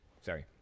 Sorry